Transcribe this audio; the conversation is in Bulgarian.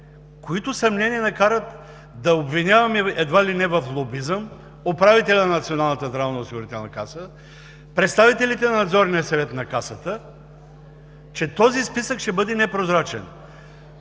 които съмнения ни карат да обвиняваме едва ли не в лобизъм управителя на Националната здравноосигурителна каса, представителите на Надзорния съвет на Касата, че този списък ще бъде непрозрачен.